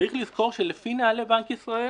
צריך לזכור שלפי נהלי בנק ישראל